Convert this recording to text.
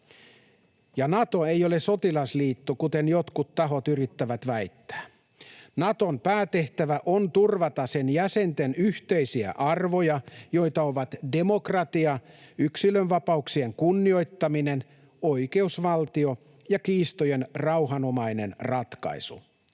Nato ei ole sotilasliitto, kuten jotkut tahot yrittävät väittää. Naton päätehtävä on turvata sen jäsenten yhteisiä arvoja, joita ovat demokratia, yksilönvapauksien kunnioittaminen, oikeusvaltio ja kiistojen rauhanomainen ratkaisu.